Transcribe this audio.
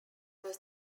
was